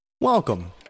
Welcome